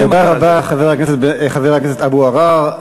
תודה רבה, חבר הכנסת אבו עראר.